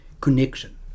connection